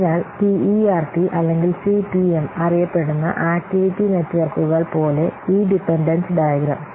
അതിനാൽ പിഈആർടി അല്ലെങ്കിൽ CPM അറിയപ്പെടുന്ന ആക്റ്റിവിറ്റി നെറ്റ്വർക്കുകൾ പോലെ ഈ ഡിപൻഡൻസ് ഡയഗ്രം